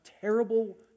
terrible